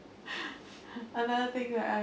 another thing that I